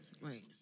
Right